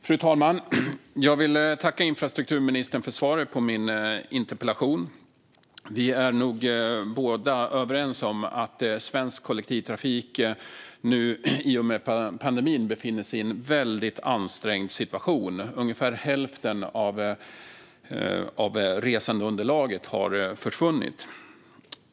Fru talman! Jag tackar infrastrukturministern för svaret på min interpellation. Vi är nog båda överens om att svensk kollektivtrafik nu i och med pandemin befinner sig i en väldigt ansträngd situation. Ungefär hälften av resandeunderlaget har försvunnit.